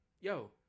yo